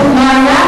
לא היה,